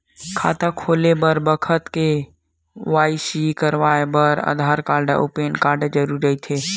खाता खोले के बखत के.वाइ.सी कराये बर आधार कार्ड अउ पैन कार्ड जरुरी रहिथे